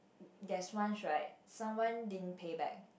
there is once right someone didn't pay back